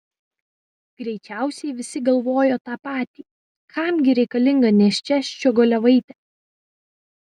greičiausiai visi galvojo tą patį kam gi reikalinga nėščia ščiogolevaitė